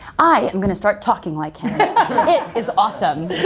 i am gonna start talking like him. it is awesome.